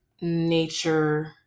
nature